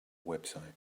website